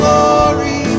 Glory